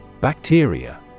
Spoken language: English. Bacteria